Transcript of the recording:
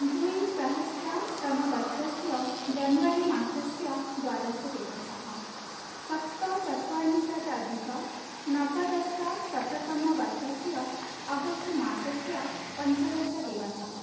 द्विसहस्रतमवर्षस्य जनवरिमासस्य द्वादशः दिवसः सप्तचत्वारिंशत् अधिक नवदशशततमवर्षस्य आगष्ट्मासस्य पञ्चदशः दिवसः